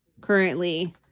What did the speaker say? currently